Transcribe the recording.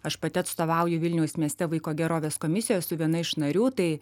aš pati atstovauju vilniaus mieste vaiko gerovės komisijoj su viena iš narių tai